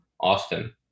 Austin